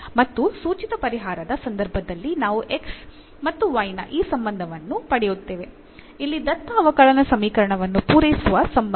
ಮತ್ತು ಸೂಚಿತ ಪರಿಹಾರದ ಸಂದರ್ಭದಲ್ಲಿ ನಾವು x ಮತ್ತು y ನ ಈ ಸಂಬಂಧವನ್ನು ಪಡೆಯುತ್ತೇವೆ ಇಲ್ಲಿ ದತ್ತ ಅವಕಲನ ಸಮೀಕರಣವನ್ನು ಪೂರೈಸುವ ಸಂಬಂಧ